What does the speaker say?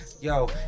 Yo